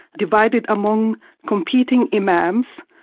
divided among competing imams,